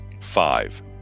Five